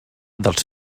dels